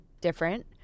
different